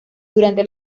durante